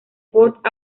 port